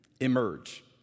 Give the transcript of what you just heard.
emerge